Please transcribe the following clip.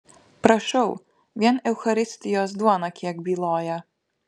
prašau vien eucharistijos duona kiek byloja